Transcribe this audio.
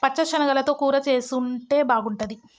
పచ్చ శనగలతో కూర చేసుంటే బాగుంటది